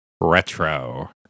retro